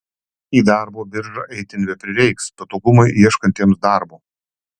į darbo biržą eiti nebeprireiks patogumai ieškantiems darbo